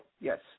Yes